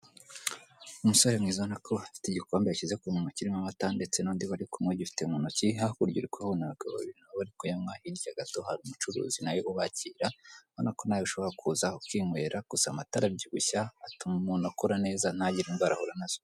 Umusore mwiza ubona ko afite igikombe yashyize ku munwa kirimo amata, ndetse n'undi bari kumwe agifite mu ntoki, hakurya uri kuhabona abagabo babiri aba ariko kuyanywa hirya gato hari umucuruzi na we ubakira, ubona ko nawe ushobora kuza ukinywera. Gusa amatara arabyibushya, atuma umuntu akura neza ntagire indwara ahura na zo.